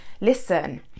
listen